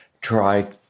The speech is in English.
Try